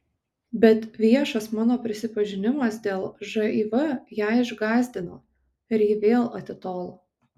bet viešas mano prisipažinimas dėl živ ją išgąsdino ir ji vėl atitolo